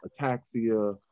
ataxia